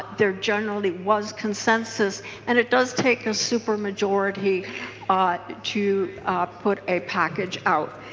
they are generally was consensus and it does take a super majority ah to put a package out.